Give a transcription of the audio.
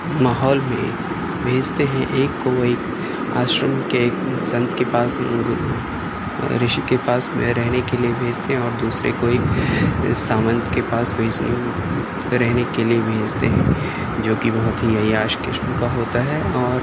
ماحول میں بھیجتے ہیں ایک کو وہ ایک آشرم کے سنت کے پاس گرو رشی کے پاس میں رہنے کے لیے بھیجتے ہیں اور دوسرے کو ایک ساونت کے پاس بھیجنے رہنے کے لیے بھیجتے ہیں جو کہ بہت ہی عیاش قسم کا ہوتا ہے اور اس